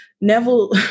Neville